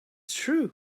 true